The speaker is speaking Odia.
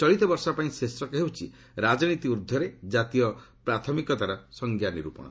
ଚଳିତ ବର୍ଷ ପାଇଁ ଶୀର୍ଷକ ହେଉଛି 'ରାଜନୀତି ଉର୍ଦ୍ଧ୍ୱରେ ଜାତୀୟ ପ୍ରାଥମିକତାର ସଂଜ୍ଞା ନିରୁପରଣ'